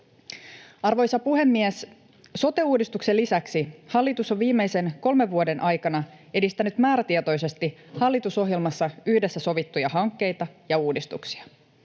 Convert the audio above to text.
Arvoisa puhemies! Sote-uudistuksen lisäksi hallitus on viimeisen kolmen vuoden aikana edistänyt määrätietoisesti hallitusohjelmassa yhdessä sovittuja hankkeita ja uudistuksia.